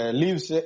leaves